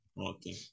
Okay